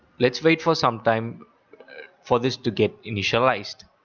let's wait for some time for this to get initialized.